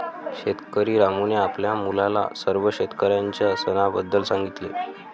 शेतकरी रामूने आपल्या मुलाला सर्व शेतकऱ्यांच्या सणाबद्दल सांगितले